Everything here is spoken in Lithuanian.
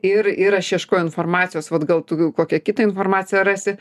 ir ir aš ieškojau informacijos vat gal tu kokią kitą informaciją rasi